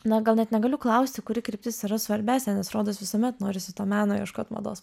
na gal net negaliu klausti kuri kryptis yra svarbesnė nes rodos visuomet norisi to meno ieškot mados